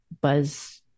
buzz